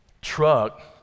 truck